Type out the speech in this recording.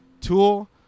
Tool